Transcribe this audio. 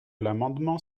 l’amendement